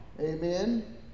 amen